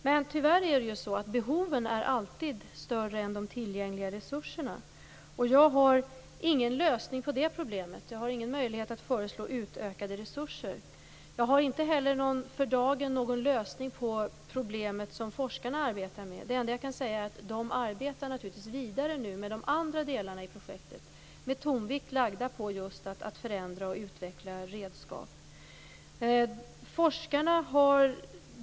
Men tyvärr är behoven alltid större än de tillgängliga resurserna. Jag har ingen lösning på det problemet. Jag har ingen möjlighet att föreslå utökade resurser. Jag har inte heller för dagen någon lösning på det problem som forskarna arbetar med. Det enda jag kan säga är att de naturligtvis arbetar vidare med de andra delarna i projektet med tonvikt lagd just på att förändra och utveckla redskap.